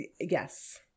Yes